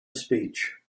speech